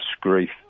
grief